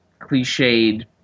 cliched